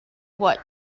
what